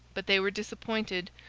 but they were disappointed,